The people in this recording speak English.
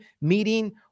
meeting